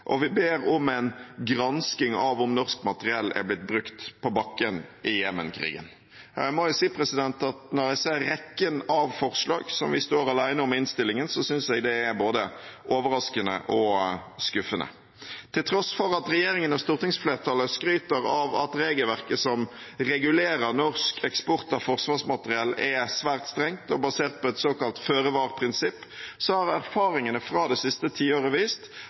og vi ber om en gransking av om norsk materiell er blitt brukt på bakken i Jemen-krigen. Jeg må si at når jeg ser rekken av forslag som vi står alene om i innstillingen, synes jeg det er både overraskende og skuffende. Til tross for at regjeringen og stortingsflertallet skryter av at regelverket som regulerer norsk eksport av forsvarsmateriell, er svært strengt og basert på et såkalt føre-var-prinsipp, har erfaringene fra det siste tiåret vist